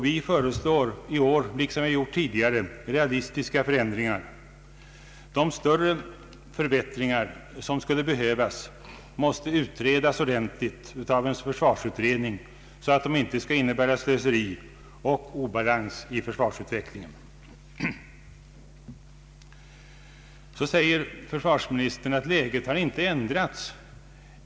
Vi kräver i år, liksom vi gjort tidigare, realistiska förändringar. De större förbättringar som skulle behövas måste utredas ordentligt av en försvarsutredning, så att de inte skall medföra slöseri och obalans i försvarsutvecklingen. Försvarsministern säger att läget inte har ändrats.